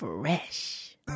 fresh